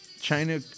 China